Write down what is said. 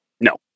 No